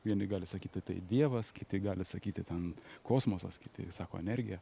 vieni gali sakyti tai dievas kiti gali sakyti ten kosmosas kiti sako energija